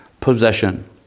possession